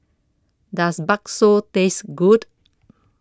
Does Bakso Taste Good